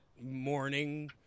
morning